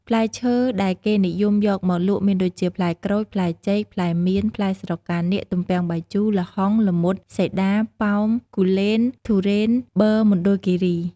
ផ្លែឈើដែលគេនិយមយកមកលក់មានដូចជា ផ្លែក្រូច ផ្លែចេក ផ្លែមៀន ផ្លែស្រកានាគ ទំពាំងបាយជូរ ល្ហុង ល្មុត សេដា ប៉ោម គូលែន ទុរេន ប៊ឺមណ្ឌលគិរី។